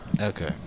Okay